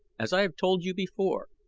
as i have told you before,